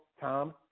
Tom